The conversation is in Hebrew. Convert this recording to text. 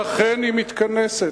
ואכן היא מתכנסת.